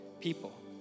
people